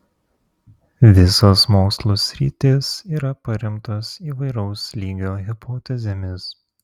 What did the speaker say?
visos mokslų sritys yra paremtos įvairaus lygio hipotezėmis